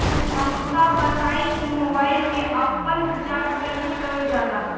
हमका ई बताई कि मोबाईल में आपन रिचार्ज कईसे करल जाला?